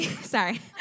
Sorry